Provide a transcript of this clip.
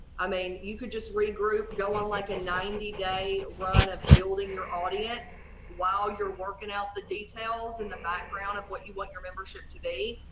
i mean you could just re-group. go on like a ninety day run of building your audience while you're working out the details and the background of what you want your membership to be.